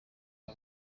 aba